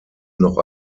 noch